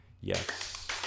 Yes